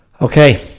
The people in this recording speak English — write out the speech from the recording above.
okay